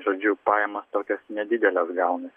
žodžiu pajamos tokios nedidelės gaunas